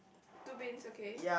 two bins okay